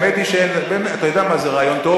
האמת היא, אתה יודע מה, זה רעיון טוב.